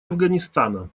афганистана